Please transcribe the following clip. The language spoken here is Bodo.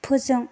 फोजों